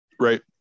Right